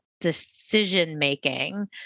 decision-making